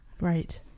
right